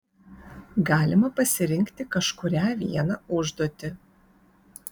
galima pasirinkti kažkurią vieną užduotį